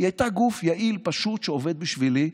היא הייתה גוף יעיל שעובד בשבילי,